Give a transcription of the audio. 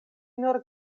nur